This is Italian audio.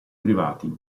privati